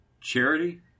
charity